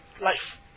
life